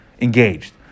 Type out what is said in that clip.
engaged